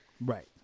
right